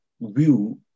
view